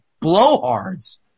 Blowhards